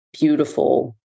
beautiful